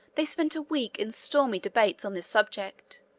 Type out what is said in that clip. they spent a week in stormy debates on this subject.